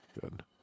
good